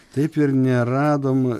taip ir neradom